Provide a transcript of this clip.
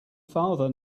father